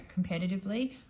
competitively